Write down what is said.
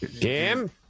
Kim